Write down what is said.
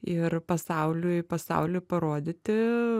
ir pasauliui pasauliui parodyti